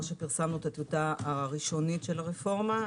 שפרסמנו את הטיוטה הראשונית של הרפורמה,